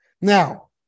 Now